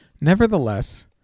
Nevertheless